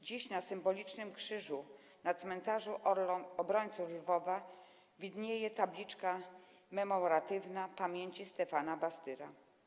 Dziś na symbolicznym krzyżu na cmentarzu Obrońców Lwowa widnieje tabliczka memoratywna: pamięci Stefana Bastyra.